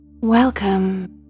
Welcome